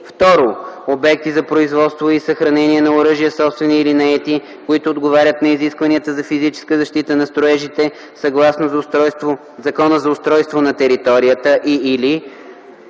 2. обекти за производство и съхранение на оръжия, собствени или наети, които отговарят на изискванията за физическа защита на строежите, съгласно Закона за устройство на територията и/или;